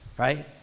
right